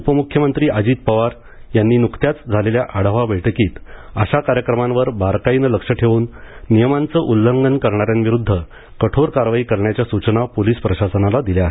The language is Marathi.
उपमुख्यमंत्री अजित पवार यांनी नुकत्याच झालेल्या आढावा बैठकीत अशा कार्यक्रमांवर बारकाईनं लक्ष ठेवून नियमांचं उल्लंघन करणाऱ्यांविरुद्ध कठोर कारवाई करण्याच्या सूचना पोलीस प्रशासनाला दिल्या आहेत